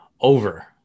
over